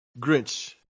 Grinch